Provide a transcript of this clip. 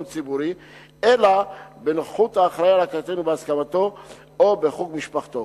ציבורי אלא בנוכחות האחראי לקטין ובהסכמתו או בחוג משפחתו.